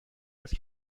است